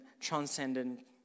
transcendent